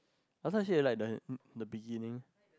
I thought she has like the the beginning